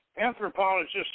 anthropologists